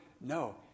No